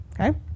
okay